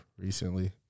recently